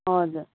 हजुर